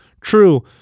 true